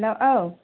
हेल' औ